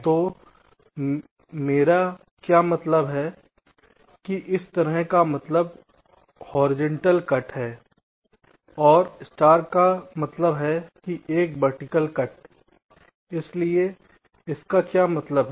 तो मेरा क्या मतलब है कि इस प्लस का मतलब हॉरिजेंटल कट है और स्टार का मतलब है एक वर्टिकल कट इसका क्या मतलब है